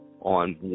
on